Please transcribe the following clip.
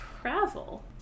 travel